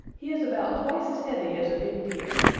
he is about twice as heavy as a big deer.